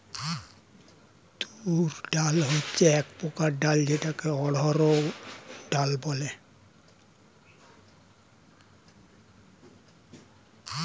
তুর ডাল হচ্ছে এক প্রজাতির ডাল যেটাকে অড়হর ডাল ও বলে